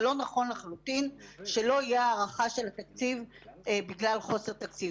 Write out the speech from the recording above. זה לא נכון לחלוטין שלא תהיה הארכה של התקציב בגלל חוסר תקציב.